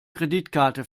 kreditkarte